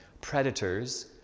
predators